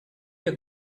your